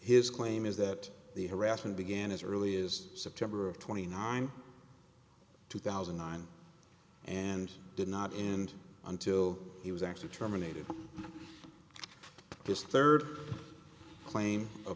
his claim is that the harassment began as early as september of twenty nine two thousand and nine and did not end until he was actually terminated this third claim of